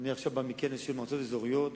אני עכשיו בא מכנס של מועצות אזוריות,